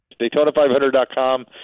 Daytona500.com